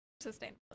sustainable